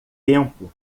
tempo